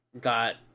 got